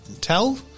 tell